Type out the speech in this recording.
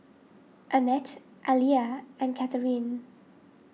Annette Aleah and Catherine